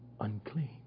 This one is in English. Unclean